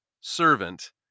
servant